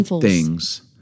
things-